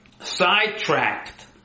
sidetracked